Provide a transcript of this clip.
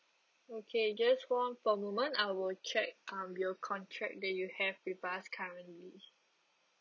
okay just hold on for a moment I will check um your contract that you have with us currently